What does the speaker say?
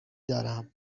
دارم